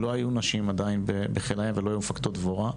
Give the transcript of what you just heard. לא היו עדיין נשים בחיל הים ולא היו מפקדות דבורה.